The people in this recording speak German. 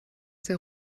der